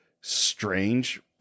strange